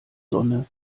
sonne